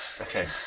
Okay